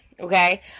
okay